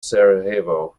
sarajevo